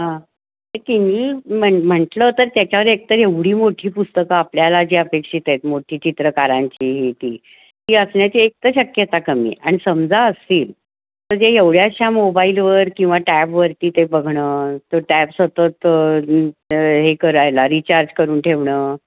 हां ठीक आहे मी म्हण म्हटलं होतं त्याच्यावर एक तर एवढी मोठी पुस्तकं आपल्याला जी अपेक्षित आहेत मोठी चित्रकारांची ही ती ती असण्याची एक तर शक्यता कमी आणि समजा असतील तर जे एवढ्याशा मोबाईलवर किंवा टॅबवरती ते बघणं तो टॅब सतत हे करायला रिचार्ज करून ठेवणं